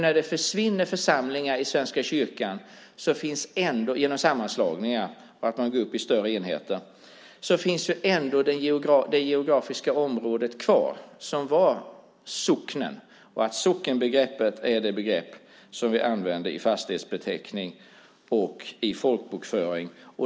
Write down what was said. När det försvinner församlingar i Svenska kyrkan genom sammanslagningar och genom att man går upp i större enheter finns ändå det geografiska område kvar som var socknen. Sockenbegreppet är det begrepp som vi använder för fastighetsbeteckning och i folkboköring.